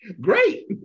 great